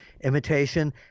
imitation